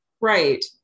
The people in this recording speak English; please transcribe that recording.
Right